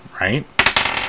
right